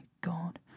God